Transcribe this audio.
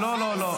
-- רד, שקרן.